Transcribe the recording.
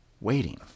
waiting